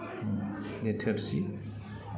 बे थोरसि